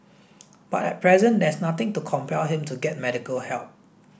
but at present there is nothing to compel him to get medical help